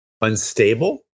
unstable